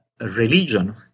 religion